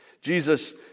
Jesus